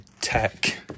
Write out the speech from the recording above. tech